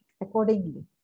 accordingly